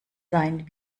sein